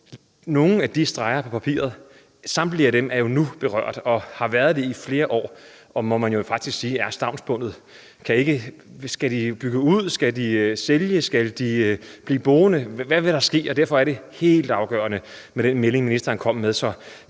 nogle af de streger, der er på papiret, er samtlige nu berørt. De har været det i flere år og er, må man faktisk sige, stavnsbundet. Skal de bygge ud, skal de sælge, skal de blive boende, hvad vil der ske? Derfor er det helt afgørende med den melding, ministeren kom med,